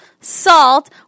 salt